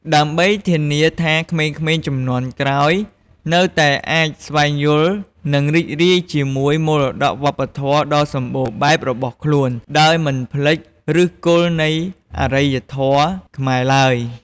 ដើម្បីធានាថាក្មេងៗជំនាន់ក្រោយនៅតែអាចស្វែងយល់ និងរីករាយជាមួយមរតកវប្បធម៌ដ៏សម្បូរបែបរបស់ខ្លួន ដោយមិនភ្លេចឫសគល់នៃអរិយធម៌ខ្មែរឡើយ។